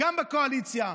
גם בקואליציה,